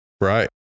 Right